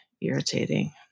irritating